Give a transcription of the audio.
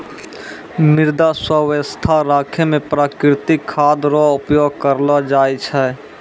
मृदा स्वास्थ्य राखै मे प्रकृतिक खाद रो उपयोग करलो जाय छै